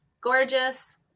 Gorgeous